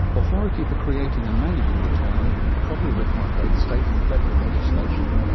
authority for creating and managing the town would probably require both state and federal legislation,